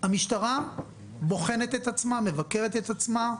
המשטרה בוחנת את עצמה, מבקרת את עצמה,